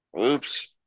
Oops